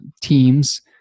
teams